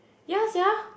ya sia